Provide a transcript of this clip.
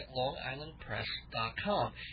longislandpress.com